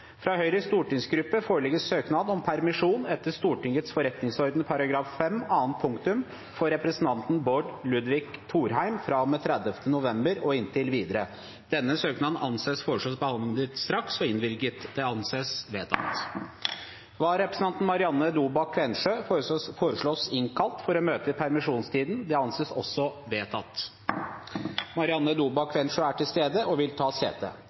Fra Høyres stortingsgruppe foreligger søknad om permisjon etter Stortingets forretningsorden § 5 annet punktum for representanten Bård Ludvig Thorheim fra og med 30. november og inntil videre. Etter forslag fra presidenten ble enstemmig besluttet: Søknaden behandles straks og innvilges. Vararepresentanten, Marianne Dobak Kvensjø , innkalles for å møte i permisjonstiden. Marianne Dobak Kvensjø er til stede og vil ta sete.